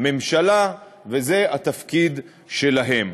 לממשלה, וזה התפקיד שלהם.